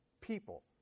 people